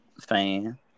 fan